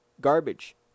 garbage